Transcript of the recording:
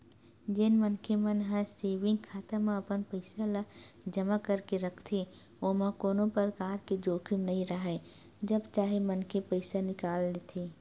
जेन मनखे मन ह सेंविग खाता म अपन पइसा ल जमा करके रखथे ओमा कोनो परकार के जोखिम नइ राहय जब चाहे मनखे पइसा निकाल लेथे